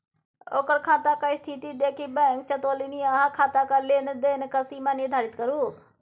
ओकर खाताक स्थिती देखि बैंक चेतोलनि अहाँ खाताक लेन देनक सीमा निर्धारित करू